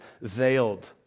veiled